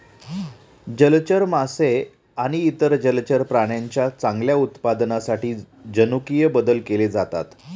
जलचर मासे आणि इतर जलचर प्राण्यांच्या चांगल्या उत्पादनासाठी जनुकीय बदल केले जातात